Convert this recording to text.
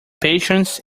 patience